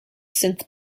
synth